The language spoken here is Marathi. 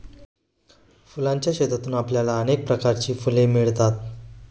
फुलांच्या शेतातून आपल्याला अनेक प्रकारची फुले मिळतील